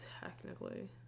technically